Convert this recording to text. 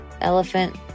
Elephant